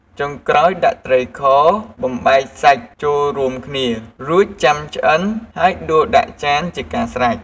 ចុងក្រោយដាក់ត្រីខបំបែកសាច់ចូលរួមគ្នា រួចចាំឆ្អិនហើយដួសដាក់ចានជាស្រេច។